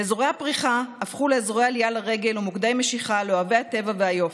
ואזורי הפריחה הפכו לאזורי עלייה לרגל ומוקדי משיכה לאוהבי הטבע והיופי: